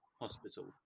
Hospital